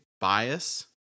bias